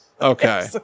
okay